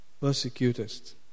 persecutest